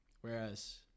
Whereas